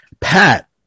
Pat